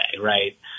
right